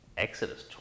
Exodus